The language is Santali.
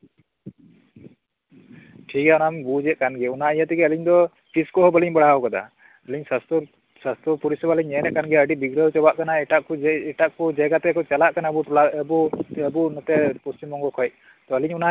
ᱴᱷᱤᱠ ᱜᱮᱭᱟ ᱚᱱᱟ ᱢᱟᱞᱤᱧ ᱵᱩᱡᱮᱫ ᱠᱟᱱ ᱜᱮ ᱚᱱᱟ ᱤᱭᱟᱹᱛᱮ ᱟᱞᱤᱧ ᱫᱚ ᱯᱷᱤᱡᱽ ᱠᱚᱦᱚᱸ ᱵᱟᱞᱤᱧ ᱵᱟᱲᱦᱟᱣ ᱟᱠᱟᱫᱟ ᱟᱞᱤᱧ ᱥᱟᱥᱛᱷᱚ ᱯᱚᱨᱤᱥᱮᱵᱟ ᱞᱤᱧ ᱧᱮᱞᱮᱫ ᱠᱟᱱ ᱜᱮᱭᱟ ᱟᱹᱰᱤ ᱵᱤᱜᱽᱲᱟᱹᱣ ᱪᱟᱵᱟᱜ ᱠᱟᱱᱟ ᱮᱴᱟᱜ ᱠᱚ ᱡᱟᱭᱜᱟ ᱛᱮᱠᱚ ᱪᱟᱞᱟᱜ ᱠᱟᱱᱟ ᱟᱵᱚ ᱟᱵᱚ ᱱᱚᱛᱮ ᱯᱚᱥᱪᱤᱢ ᱵᱚᱝᱜᱚ ᱠᱷᱚᱱ